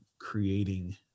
creating